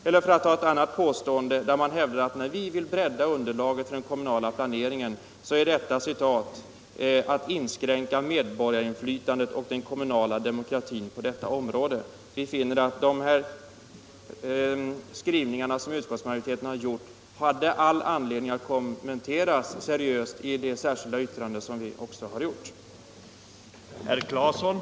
Utskottet påstår också att när vi vill bredda underlaget för den kommunala planeringen, så betyder det att vi ”inskränker medborgarinflytandet och den kommunala demokratin” på detta område. Vi har funnit att det har förelegat anledning att.kommentera dessa utskottsmajoritetens skrivningar, och det har vi gjort i det särskilda yttrande som vi har avgivit.